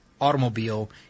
automobile